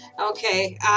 Okay